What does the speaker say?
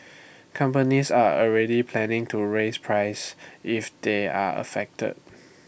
companies are already planning to raise prices if they are affected